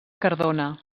cardona